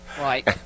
Right